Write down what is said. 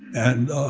and